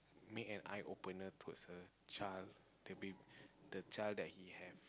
make an eye opener towards a child that be the child that he have